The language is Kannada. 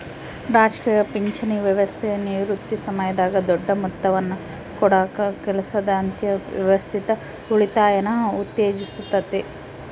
ರಾಷ್ಟ್ರೀಯ ಪಿಂಚಣಿ ವ್ಯವಸ್ಥೆ ನಿವೃತ್ತಿ ಸಮಯದಾಗ ದೊಡ್ಡ ಮೊತ್ತವನ್ನು ಕೊಡಕ ಕೆಲಸದಾದ್ಯಂತ ವ್ಯವಸ್ಥಿತ ಉಳಿತಾಯನ ಉತ್ತೇಜಿಸುತ್ತತೆ